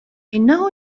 إنه